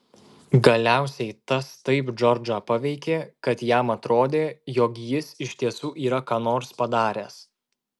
galiausiai tas taip džordžą paveikė kad jam atrodė jog jis iš tiesų yra ką nors padaręs